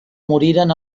moriren